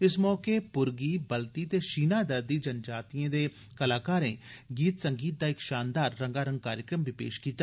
इस मौके प्रगी बलती ते शीना दर्दी जनजातीयें दे कलाकारें गीत संगीत दा इक शानदार रंगारंग कार्यक्रम बी पेश कीता